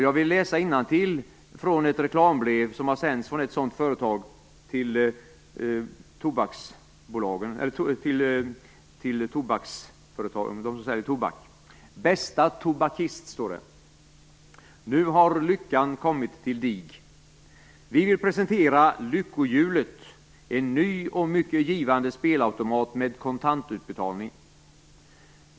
Jag vill läsa innantill från ett reklambrev som har sänts från ett sådant företag till dem som säljer tobak. "Bästa tobakist! Nu har lyckan kommit till dig. Vi vill presentera lyckohjulet - en ny och mycket givande spelautomat med kontantutbetalning!